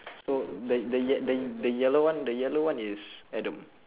so the the ye~ the y~ the yellow one the yellow one is adam